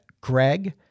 greg